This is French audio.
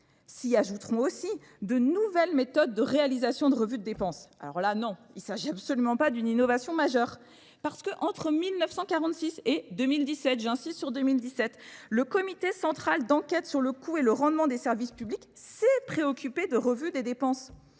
s'y ajouteront aussi de nouvelles méthodes de réalisation de revues de dépenses. Alors là, non, il ne s'agit absolument pas d'une innovation majeure. Parce qu'entre 1946 et 2017, j'insiste sur 2017, le comité central d'enquête sur le coût et le rendement des services publics s'est préoccupé de revues des dépenses.